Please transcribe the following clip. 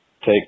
take